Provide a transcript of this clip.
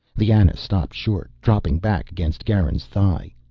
the ana stopped short, dropping back against garin's thigh.